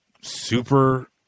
super